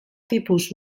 tipus